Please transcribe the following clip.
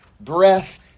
breath